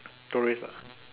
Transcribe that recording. tourist ah